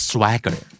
Swagger